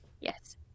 Yes